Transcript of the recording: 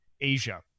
asia